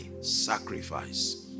sacrifice